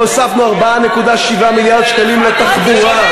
והוספנו 4.7 מיליארד שקלים לתחבורה,